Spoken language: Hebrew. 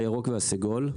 הירוק והסגול.